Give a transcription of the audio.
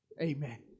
Amen